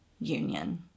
union